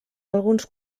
alguns